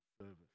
Service